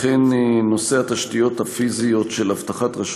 אכן נושא התשתיות הפיזיות של אבטחת רשות